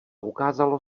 ukázalo